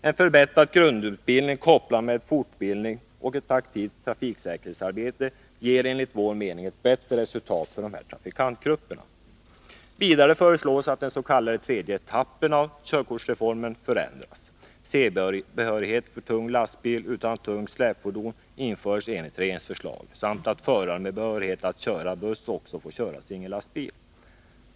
En förbättrad grundutbildning, kopplad med fortbildning och ett aktivt trafiksäkerhetsarbete, ger enligt vår mening bättre resultat för dessa trafikantgrupper. Vidare föreslås att den s.k. tredje etappen av körkortsreformen förändras. C-behörighet för tung lastbil utan tungt släpfordon införs enligt regeringsförslaget. Det föreslås vidare att förare med behörighet att köra buss också skall få köra singellastbil.